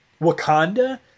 Wakanda